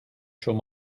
schon